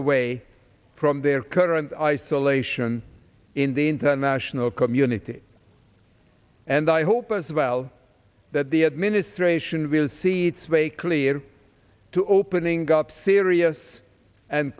away from their current isolation in the international community and i hope as well that the administration will see its way clear to opening up serious and